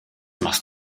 machst